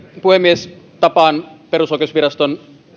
puhemies tapaan perusoikeusviraston